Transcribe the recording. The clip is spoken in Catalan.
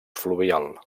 fluvial